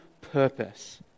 purpose